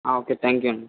okay thank you అండి